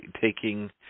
taking